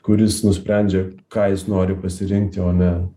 kuris nusprendžia ką jis nori pasirinkti o ne